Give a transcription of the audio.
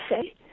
say